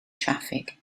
traffig